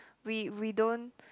we we don't